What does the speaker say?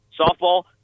Softball